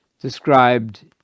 described